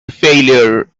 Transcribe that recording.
failure